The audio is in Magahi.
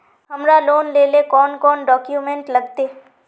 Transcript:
हमरा लोन लेले कौन कौन डॉक्यूमेंट लगते?